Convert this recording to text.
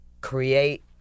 create